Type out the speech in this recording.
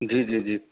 جی جی جی